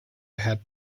had